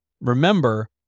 Remember